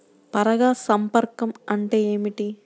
పరాగ సంపర్కం అంటే ఏమిటి?